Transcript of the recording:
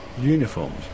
Uniforms